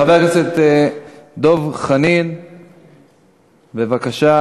חבר הכנסת דב חנין, בבקשה.